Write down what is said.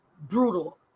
brutal